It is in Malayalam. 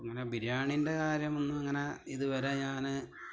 അങ്ങനെ ബിരിയാണീൻ്റെ കാര്യമൊന്നും അങ്ങനെ ഇതുവരെ ഞാന്